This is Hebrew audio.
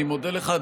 אני מודה לך,